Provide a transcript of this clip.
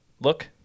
look